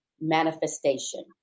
manifestation